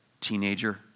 teenager